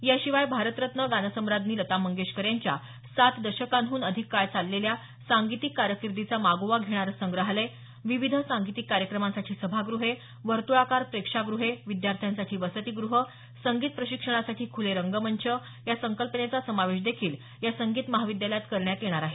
याशिवाय भारतरत्न गानसम्राज्ञी लता मंगेशकर यांच्या सात दशकांहन अधिक काळ चाललेल्या सांगीतिक कारकीर्दीचा मागोवा घेणारं संग्रहालय विविध सांगीतिक कार्यक्रमांसाठी सभागृहे वर्तुळाकार प्रेक्षागृहे विद्यार्थ्यांसाठी वसतिगृह संगीत प्रशिक्षणासाठी ख्रले रंगमंच या संकल्पनेचा समावेश देखील या संगीत महाविद्यालयात करण्यात येणार आहे